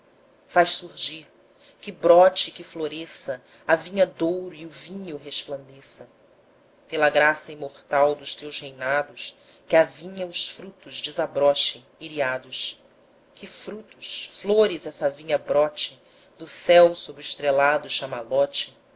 faz surgir que brote e que floresça a vinha douro e o vinho resplandeça pela graça imortal dos teus reinados que a vinha os frutos desabroche iriados que frutos flores essa vinha brote do céu sob o estrelado chamalote que